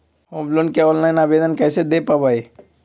Home loan के online आवेदन कैसे दें पवई?